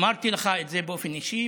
אמרתי לך את זה באופן אישי,